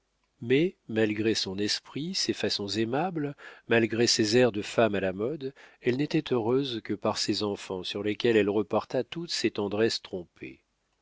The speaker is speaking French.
mais malgré son esprit ses façons aimables malgré ses airs de femme à la mode elle n'était heureuse que par ses enfants sur lesquels elle reporta toutes ses tendresses trompées